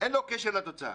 אין לו קשר לתוצאה.